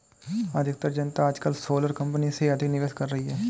अधिकतर जनता आजकल सोलर कंपनी में अधिक निवेश कर रही है